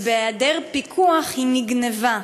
ובהיעדר פיקוח היא נגנבה,